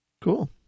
Cool